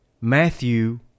Matthew